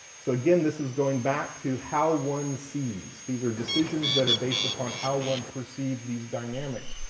so, again, this is going back to how one sees. these are decisions that are based upon how one perceives these dynamics.